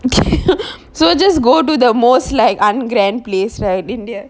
okay so just go to the most like ungrand place right india